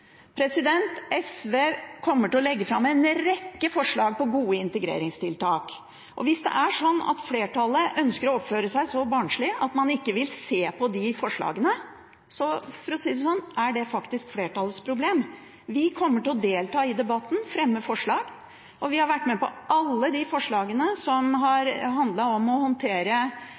SV kommer til å legge fram en rekke forslag på gode integreringstiltak. Og hvis det er sånn at flertallet ønsker å oppføre seg så barnslig at man ikke vil se på de forslagene, så er det faktisk flertallets problem. Vi kommer til å delta i debatten, fremme forslag, og vi har vært med på alle de forslagene som